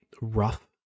rough